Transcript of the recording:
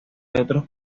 otros